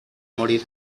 morir